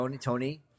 Tony